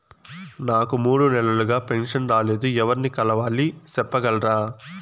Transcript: నాకు మూడు నెలలుగా పెన్షన్ రాలేదు ఎవర్ని కలవాలి సెప్పగలరా?